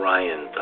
Ryan